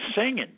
singing